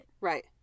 Right